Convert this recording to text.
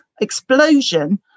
explosion